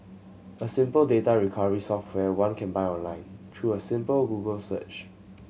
a simple data recovery software one can buy online through a simple Google search